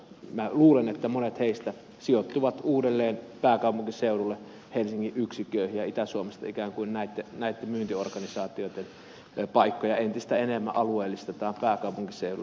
minä luulen että monet heistä sijoittuvat uudelleen pääkaupunkiseudulle helsingin yksikköihin ja itä suomesta ikään kuin näitten myyntiorganisaatioitten paikkoja entistä enemmän alueellistetaan pääkaupunkiseudulle